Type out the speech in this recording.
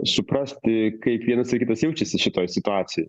suprasti kaip vienas ir kitas jaučiasi šitoj situacijoj